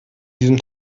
diesem